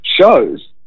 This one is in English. shows